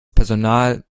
personal